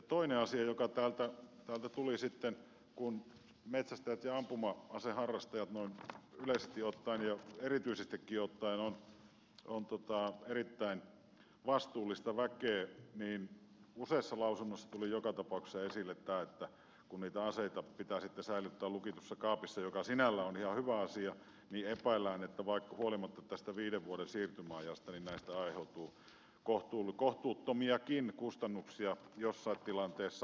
toinen asia joka täältä tuli sitten kun metsästäjät ja ampuma aseharrastajat noin yleisesti ottaen ja erityisestikin ottaen ovat erittäin vastuullista väkeä useassa lausunnossa joka tapauksessa esille oli se että kun niitä aseita pitää sitten säilyttää lukitussa kaapissa mikä sinällään on ihan hyvä asia niin epäillään että huolimatta tästä viiden vuoden siirtymäajasta näistä aiheutuu kohtuuttomiakin kustannuksia jossain tilanteessa